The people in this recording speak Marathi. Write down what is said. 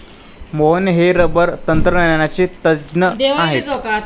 मोहन हे रबर तंत्रज्ञानाचे तज्ज्ञ आहेत